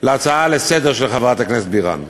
על ההצעה לסדר-היום של חברת הכנסת בירן.